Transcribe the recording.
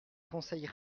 conseil